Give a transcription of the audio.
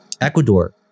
Ecuador